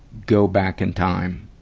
go back in time